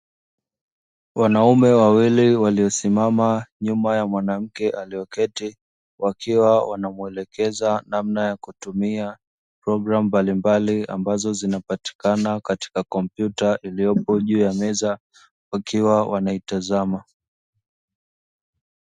Wanaume wawili walio simama nyuma ya mwanamke aliyo keti, wakiwa wanamuelekeza namna ya kutumia programu mbalimbali, ambazo zimepatikana katika kompyuta iliyopo juu ya meza wakiwa wanaitazama.